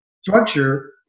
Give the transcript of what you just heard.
structure